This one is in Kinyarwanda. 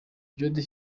jody